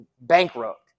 bankrupt